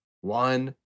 One